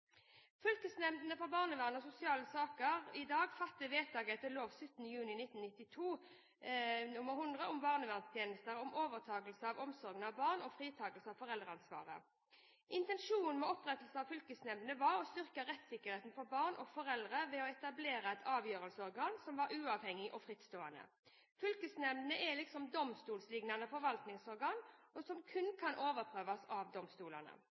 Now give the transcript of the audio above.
Fylkesnemndene for barnevern og sosiale saker fatter i dag vedtak etter lov av 17. juli 1992 nr. 100 om barnevernstjenester, om overtakelse av omsorg for et barn og fratakelse av foreldreansvaret. Intensjonen med opprettelsen av fylkesnemndene var å styrke rettssikkerheten for barn og foreldre ved å etablere et avgjørelsesorgan som var uavhengig og frittstående. Fylkesnemndene er et slags domstolslignende forvaltningsorgan som kun kan overprøves av domstolene.